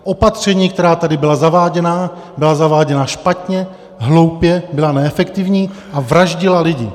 Opatření, která tady byla zaváděna, byla zaváděna špatně, hloupě, byla neefektivní a vraždila lidi.